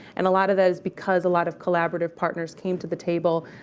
and a lot of that is because a lot of collaborative partners came to the table.